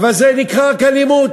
אבל זה נקרא רק אלימות.